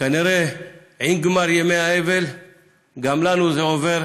כנראה עם גמר ימי האבל גם לנו זה עובר,